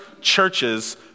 churches